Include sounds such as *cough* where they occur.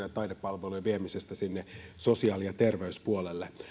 *unintelligible* ja taidepalveluiden viemisestä sinne sosiaali ja terveyspuolelle